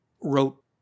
wrote